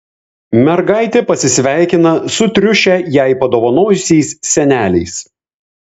mergaitė pasisveikina su triušę jai padovanojusiais seneliais